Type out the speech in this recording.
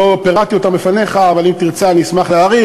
לא פירטתי אותם בפניך, אבל אם תרצה אשמח להאריך.